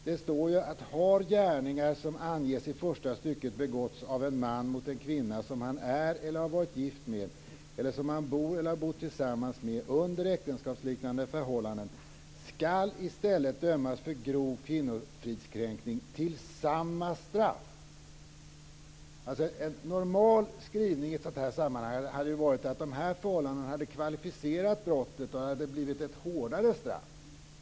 Där står: Har gärningar som anges i första stycket begåtts av en man mot en kvinna, som han är eller har varit gift med eller som han bor eller har bott tillsammans med under äktenskapsliknande förhållanden, skall han i stället dömas för grov kvinnofridskränkning till samma straff. En normal skrivning i ett sådant här sammanhang borde ha varit att dessa förhållanden hade kvalificerat brottet och att det därmed hade blivit ett hårdare straff.